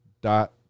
Dot